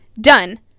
done